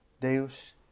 Deus